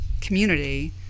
community